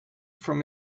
from